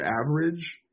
average